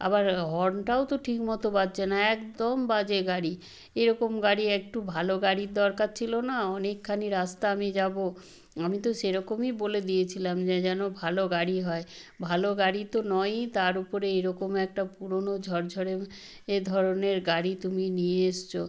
আবার হর্নটাও তো ঠিকমতো বাজছে না একদম বাজে গাড়ি এরকম গাড়ি একটু ভালো গাড়ির দরকার ছিলো না অনেকখানি রাস্তা আমি যাবো আমি তো সেরকমই বলে দিয়েছিলাম যে যেন ভালো গাড়ি হয় ভালো গাড়ি তো নয়ই তার উপরে এরকম একটা পুরোনো ঝরঝরে এ ধরনের গাড়ি তুমি নিয়ে এসছো